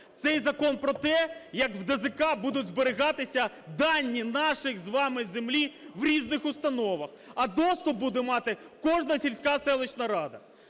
Цей закон про те, як в ДЗК будуть зберігатися дані нашої з вами землі в різних установах, а доступ буде мати кожна сільська, селищна рада.